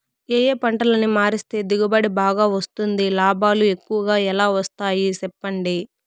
ఏ ఏ పంటలని మారిస్తే దిగుబడి బాగా వస్తుంది, లాభాలు ఎక్కువగా ఎలా వస్తాయి సెప్పండి